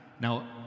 Now